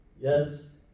Yes